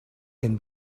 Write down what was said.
can